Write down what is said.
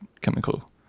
chemical